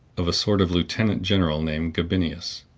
of a sort of lieutenant general named gabinius.